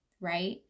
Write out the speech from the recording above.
right